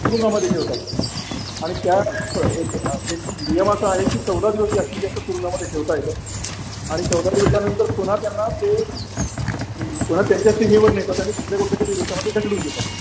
तुरुंगामध्ये ठेवतात आणि त्या एक एक नियम असा आहे की चौदा दिवस जास्तीत जास्त तुरुंगामध्ये ठेवता येतं आणि चौदा दिवसानंतर पुन्हा त्यांना ते पुन्हा त्यांच्या सीमेवर नेतात आणि दुसऱ्या कोणत्यातरी देशामध्ये ढकलून देतात